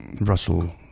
Russell